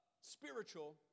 spiritual